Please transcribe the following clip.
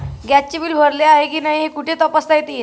गॅसचे बिल भरले आहे की नाही हे कुठे तपासता येईल?